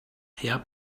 herr